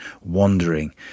wandering